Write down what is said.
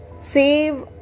save